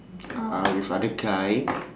ah with other guy